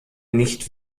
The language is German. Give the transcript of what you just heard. nicht